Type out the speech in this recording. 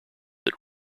that